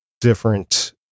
different